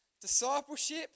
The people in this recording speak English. Discipleship